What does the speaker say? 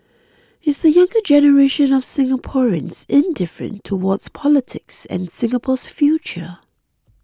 is the younger generation of Singaporeans indifferent towards politics and Singapore's future